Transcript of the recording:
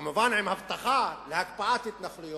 כמובן עם הבטחה להקפאת התנחלויות.